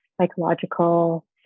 psychological